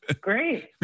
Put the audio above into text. Great